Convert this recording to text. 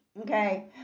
okay